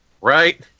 right